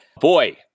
Boy